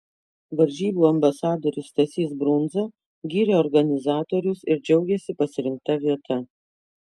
varžybų ambasadorius stasys brundza gyrė organizatorius ir džiaugėsi pasirinkta vieta